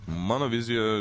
mano vizija